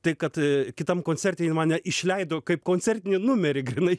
tai kad kitam koncerte ji mane išleido kaip koncertinį numerį grynai